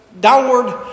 downward